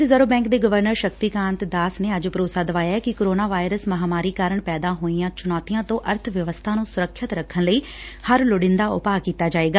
reserve bank ਦੇ governor Shaktikanta Das ਨੇ ਅੱਜ ਭਰੋਸਾ ਦਵਾਇਐ ਕਿ ਕੋਰੋਨਾ ਵਾਇਰਸ ਮਹਾਮਾਰੀ ਕਾਰਨ ਪੈਦਾ ਹੋਈਆਂ ਚੁਣੌਤੀਆਂ ਤੋਂ ਅਰਥ ਵਿਵਸਥਾ ਨੂੰ ਸੁਰੱਖਿਅਤ ਰੱਖਣ ਲਈ ਹੋਰ ਲੋੜੀਂਦਾ ਉਪਾਅ ਕੀਤਾ ਜਾਵੇਗਾ